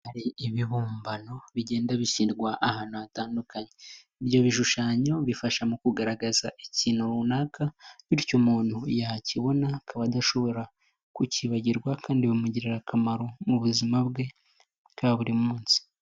Hari ibibumbano bigenda bishyirwa ahantu hatandukanye, ibyo bishushanyo bifasha mu kugaragaza ikintu runaka bityo umuntu yakibona akaba adashobora kukibagirwa kandi bimugirira akamaro mu buzima bwe bwa buri munsi.